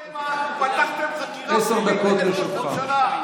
פתחתם חקירה פלילית נגד ראש ממשלה.